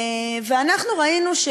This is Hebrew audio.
ואנחנו ראינו,